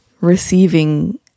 receiving